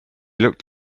looked